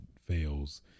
fails